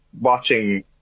watching